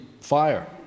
fire